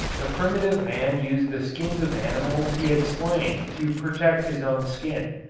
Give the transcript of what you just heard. the primitive man used the skins of animals he had slain to protect his own skin.